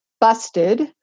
busted